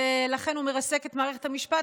ולכן הוא מרסק את מערכת המשפט,